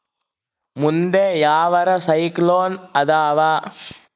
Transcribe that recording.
ಮುಂದೆ ಯಾವರ ಸೈಕ್ಲೋನ್ ಅದಾವ?